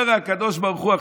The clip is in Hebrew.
אומר הקדוש ברוך הוא,